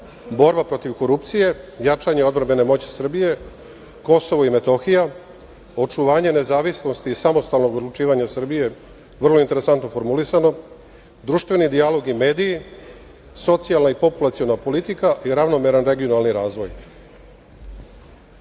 borba protiv korupcije, jačanje odbrambene moći Srbije, Kosovo i Metohija, očuvanje nezavisnosti i samostalnog odlučivanja Srbije, vrlo interesantno formulisano, društveni dijalog i mediji, socijalna i populaciona politika i ravnomeran regionalni razvoj. Evo